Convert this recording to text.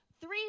three